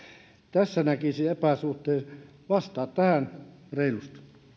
tässä näkisin epäsuhteen vastaa tähän reilusti